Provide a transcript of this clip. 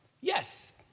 Yes